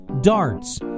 darts